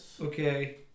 Okay